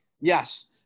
Yes